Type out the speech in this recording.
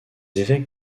évêques